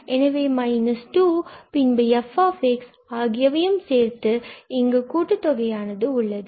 எனவே 2 பின்பு f ஆகியவையும் சேர்த்து கூட்டு தொகையானது உள்ளது